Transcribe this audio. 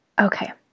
okay